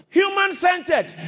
human-centered